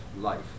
life